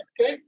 Okay